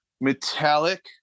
metallic